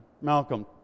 malcolm